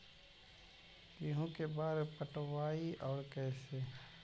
गेहूं के बार पटैबए और कैसे?